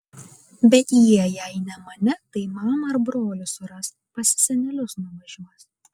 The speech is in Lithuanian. bet jie jei ne mane tai mamą ar brolį suras pas senelius nuvažiuos